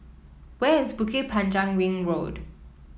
where is Bukit Panjang Ring Road